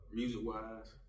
music-wise